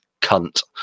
cunt